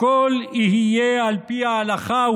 הכול יהיה על פי ההלכה,